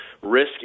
risk